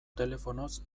telefonoz